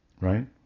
Right